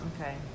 Okay